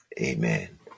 Amen